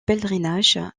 pèlerinage